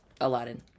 Aladdin